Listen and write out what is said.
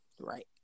Right